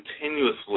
continuously